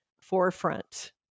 forefront